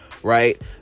right